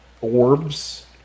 orbs